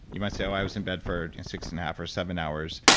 you might say, oh, i was in bed for six and a half or seven hours.